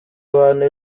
abantu